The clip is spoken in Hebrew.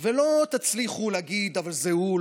ולא תצליחו להגיד: אבל זה הוא,